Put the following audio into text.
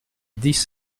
dix